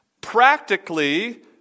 Practically